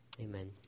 amen